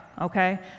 okay